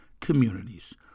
Communities